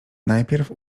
najpierw